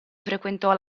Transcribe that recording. frequentò